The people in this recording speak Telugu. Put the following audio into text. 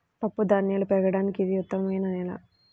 పప్పుధాన్యాలు పెరగడానికి ఇది ఉత్తమమైన నేల